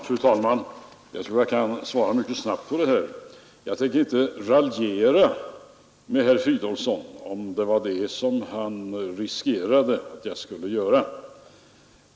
Fru talman! Jag tror att jag kan fatta mig mycket kort. Jag tänker inte raljera, om det var vad herr Fridolfsson befarade.